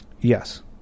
Yes